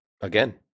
again